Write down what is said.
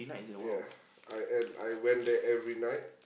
ya I and I went there every night